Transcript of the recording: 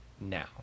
Now